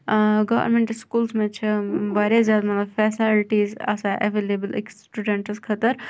گامینٹہٕ سکوٗلَس مَنٛز چھِ واریاہ زیادٕ مَطلَب فیسَلٹِیٖز آسان ایویلیٚبٕل أکِس سٹوڈَنٹَس خٲطرٕ